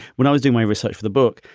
when i was doing my research for the book,